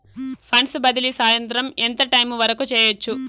funds బదిలీ సాయంత్రం ఎంత టైము వరకు చేయొచ్చు